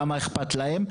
כמה אכפת להם,